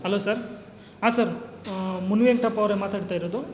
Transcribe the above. hello sir ಹಾಂ sir Munivenkatappa ಅವರಾ ಮಾತಾಡ್ತಾಯಿರೋದು